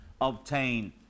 obtain